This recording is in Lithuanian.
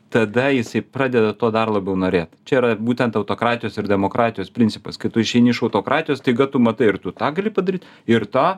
tada jisai pradeda to dar labiau norėt čia yra būtent autokratijos ir demokratijos principas kai tu išeini iš autokratijos staiga tu matai ir tu tą gali padaryt ir tą